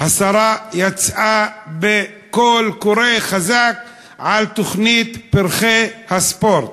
השרה יצאה בקול קורא חזק על תוכנית "פרחי הספורט",